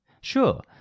Sure